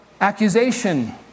accusation